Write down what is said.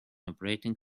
operating